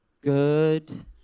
Good